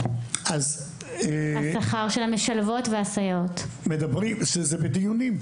השכר של המשלבות והסייעות.) זה בדיונים.